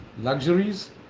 Luxuries